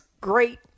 great